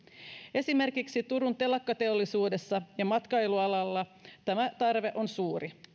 esimerkiksi turun telakkateollisuudessa ja matkailualalla tämä tarve on suuri